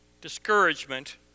discouragement